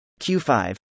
Q5